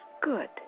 good